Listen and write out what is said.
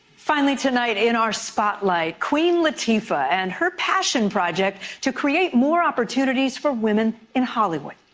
finally tonight, in our spotlight, queen latifah and her passion project to create more opportunities for women in hollywood.